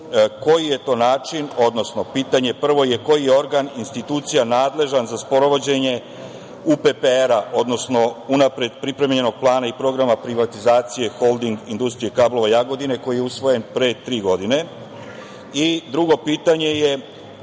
koji je to način, odnosno pitanje prvo je koji je organ, institucija, nadležan za sprovođenje UPPR, odnosno unapred pripremljenog plana i programa privatizacije Holding industrije kablova – Jagodine, koji je usvojen pre tri godine? Drugo pitanje je